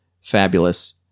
fabulous